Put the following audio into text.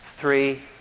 Three